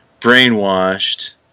brainwashed